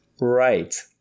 right